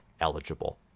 eligible